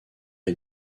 est